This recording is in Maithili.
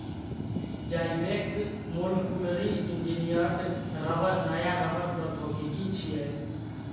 जाइवेक्स मोलकुलरी इंजीनियर्ड रबड़ नया रबड़ प्रौद्योगिकी छियै